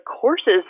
courses